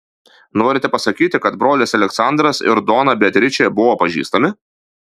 norite pasakyti kad brolis aleksandras ir dona beatričė buvo pažįstami